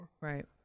right